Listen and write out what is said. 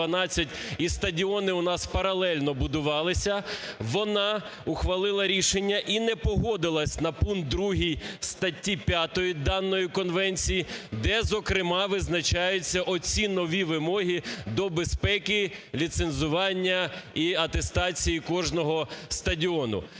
і стадіони в нас паралельно будувалися, вона ухвалила рішення і не погодилась на пункт 2 статті 5 даної конвенції, де, зокрема, визначаються оці нові вимоги до безпеки, ліцензування і атестації кожного стадіону.